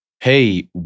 hey